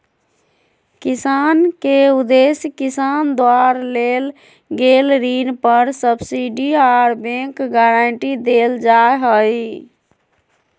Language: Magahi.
योजना के उदेश्य किसान द्वारा लेल गेल ऋण पर सब्सिडी आर बैंक गारंटी देल जा हई